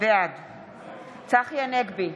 בעד צחי הנגבי,